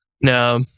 No